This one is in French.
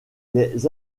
les